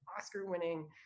Oscar-winning